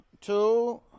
Two